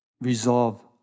resolve